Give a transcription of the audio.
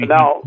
Now